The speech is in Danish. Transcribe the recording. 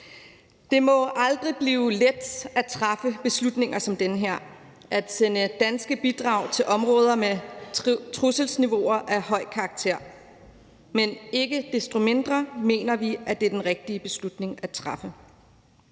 Det må aldrig blive let at træffe beslutninger som den her – at sende danske bidrag til områder med trusselsniveauer af høj karakter. Men ikke desto mindre mener vi at det er den rigtige beslutning at træffe.